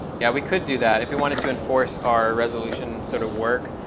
yeah, we could do that if we wanted to enforce our resolution sort of work.